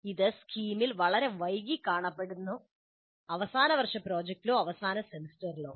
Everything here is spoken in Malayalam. ഇത് സ്കീമിൽ വളരെ വൈകി കാണപ്പെടുന്നു അവസാന വർഷത്തിലോ അവസാന സെമസ്റ്ററിലോ